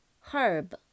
Herb